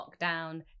lockdown